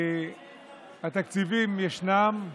התקציבים ישנם,